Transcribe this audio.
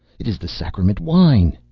it is the sacrament wine!